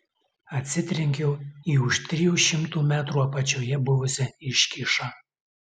atsitrenkiau į už trijų šimtų metrų apačioje buvusią iškyšą